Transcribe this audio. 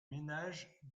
ménages